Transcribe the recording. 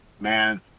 Man